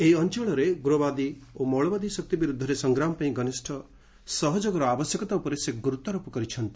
ଏହି ଅଞ୍ଚଳରେ ଉଗ୍ରବାଦୀ ଓ ମୌଳବାଦୀ ଶକ୍ତି ବିରୋଧରେ ସଂଗ୍ରାମ ପାଇଁ ଘନିଷ୍ଠ ସହଯୋଗର ଆବଶ୍ୟକତା ଉପରେ ସେ ଗୁରୁତ୍ୱାରୋପ କରିଛନ୍ତି